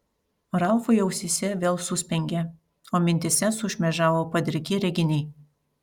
ralfui ausyse vėl suspengė o mintyse sušmėžavo padriki reginiai